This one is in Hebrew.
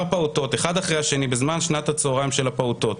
פעוטות אחד אחרי השני בזמן שנת הצהריים של הפעוטות.